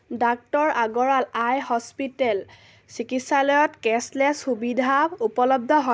ডাঃ Agarwal eye hospital চিকিৎসালয়ত cashless সুবিধা উপলব্ধ হয়নে